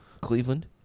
Cleveland